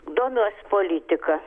domiuosi politika